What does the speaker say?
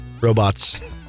Robots